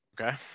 Okay